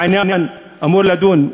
העניין אמור להידון,